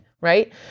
right